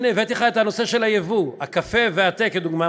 הנה הבאתי לך את הנושא של היבוא: הקפה והתה כדוגמה,